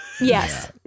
Yes